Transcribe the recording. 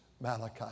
Malachi